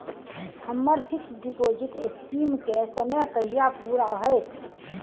हम्मर fix deposit scheme केँ समय कहिया पूरा हैत?